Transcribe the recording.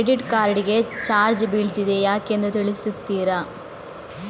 Credit card ಗೆ charge ಬೀಳ್ತಿದೆ ಯಾಕೆಂದು ತಿಳಿಸುತ್ತೀರಾ?